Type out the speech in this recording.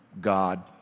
God